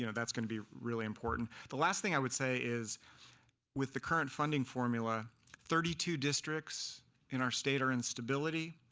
you know that's going to be really important. the last thing i would say with the current funding formula thirty two districts in our state are in stability.